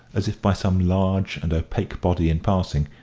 as if by some large and opaque body in passing,